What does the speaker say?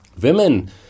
Women